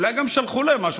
אולי גם שלחו להם משהו.